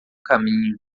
caminho